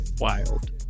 wild